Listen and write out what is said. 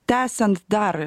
tęsiant dar